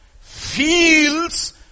feels